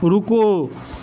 رکو